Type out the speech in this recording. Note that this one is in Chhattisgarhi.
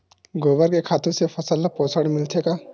गोबर के खातु से फसल ल पोषण मिलथे का?